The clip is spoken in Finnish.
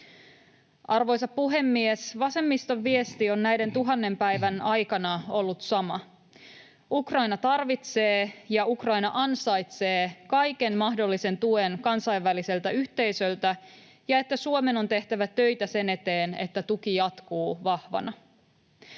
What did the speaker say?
Arvoisa puhemies! Vasemmiston viesti on näiden tuhannen päivän aikana ollut sama: Ukraina tarvitsee ja Ukraina ansaitsee kaiken mahdollisen tuen kansainväliseltä yhteisöltä, ja Suomen on tehtävä töitä sen eteen, että tuki jatkuu vahvana.